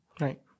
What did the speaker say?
Right